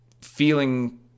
feeling